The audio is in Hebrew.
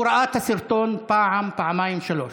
הוא ראה את הסרטון פעם, פעמיים, שלוש.